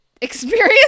experience